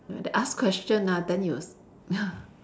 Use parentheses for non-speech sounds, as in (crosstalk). they ask question ah then you will s~ (laughs)